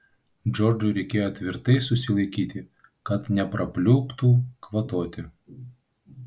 džordžui reikėjo tvirtai susilaikyti kad neprapliuptų kvatoti